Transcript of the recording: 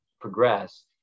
progress